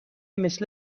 مثل